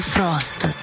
Frost